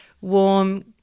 warm